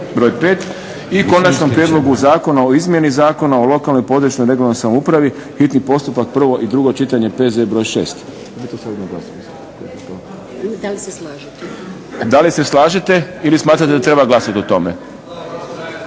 7. Konačni prijedlog Zakona o izmjeni Zakona o lokalnoj i područnoj (regionalnoj) samoupravi, hitni postupak, prvo i drugo čitanje, P.Z. br. 6 Da li se slažete ili smatrate da treba glasati o tome?